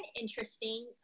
interesting